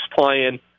playing